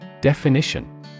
Definition